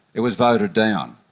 it was voted down.